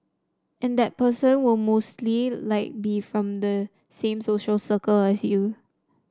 and that person will mostly like be from the same social circle as you